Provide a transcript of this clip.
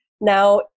Now